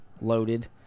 loaded